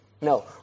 No